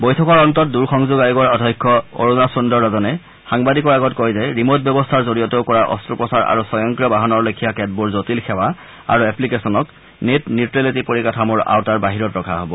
বৈঠকৰ অন্তত দূৰ সংযোগ আয়োগৰ অধ্যক্ষ অৰুণা সুন্দৰৰাজনে সাংবাদিকৰ আগত কয় যে ৰিমোৰ্ট ব্যৱস্থাৰ জৰিয়তেও কৰা অস্তোপচাৰ আৰু স্বয়ংক্ৰিয় বাহনৰ লেখিয়া কেতবোৰ জটিল সেৱা আৰু এপ্লিকেছনক নেট নিউট্ৰেলিটী পৰিকাঠামোৰ আওতাৰ বাহিৰত ৰখা হব